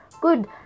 good